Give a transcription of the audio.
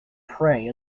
pray